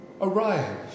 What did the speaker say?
arrive